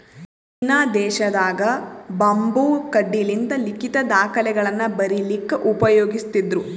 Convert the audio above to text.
China ದೇಶದಾಗ್ bamboo ಕಡ್ಡಿಲಿಂತ್ ಲಿಖಿತ್ ದಾಖಲೆಗಳನ್ನ ಬರಿಲಿಕ್ಕ್ ಉಪಯೋಗಸ್ತಿದ್ರು